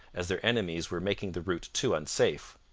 as their enemies were making the route too unsafe.